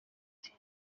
iti